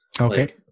Okay